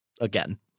again